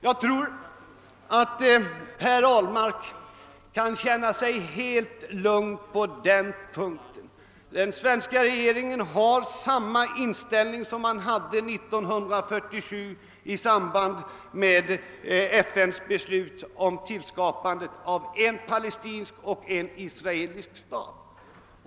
Jag tror att herr Ahlmark kan känna sig helt lugn på den punkten. Den svenska regeringen har samma inställning som den hade 1947 1 samband med FN:s beslut om skapande av en palestinsk och en israelisk stat.